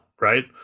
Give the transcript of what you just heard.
Right